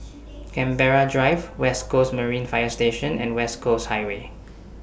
Canberra Drive West Coast Marine Fire Station and West Coast Highway